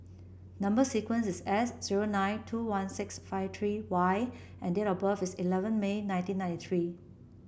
number sequence is S zero nine two one six five three Y and date of birth is eleven May nineteen ninety three